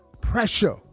Pressure